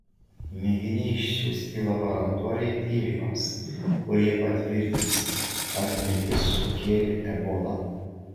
mėginiai išsiųsti į laboratoriją tyrimams kurie patvirtins ar mirtis sukėlė ebola